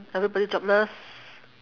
everybody jobless